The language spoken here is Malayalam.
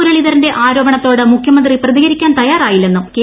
മുരളീധരന്റെ ആരോപണത്തോട് മുഖൃമന്ത്രി പ്രതികരിക്കാൻ തയ്യാറായില്ലെന്നും കെ